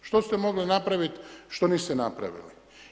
Što ste mogli napraviti što niste napravili?